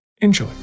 Enjoy